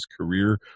career